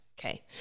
Okay